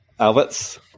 Alberts